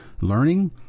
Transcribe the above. learning